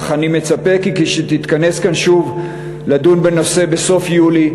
אך אני מצפה כי כשנתכנס כאן שוב לדון בנושא בסוף יולי,